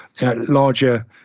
larger